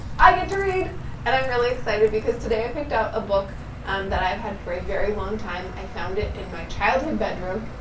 i get to read and i'm really excited because today i picked out a book that i've had for a very long time. i found it in my childhood bedroom.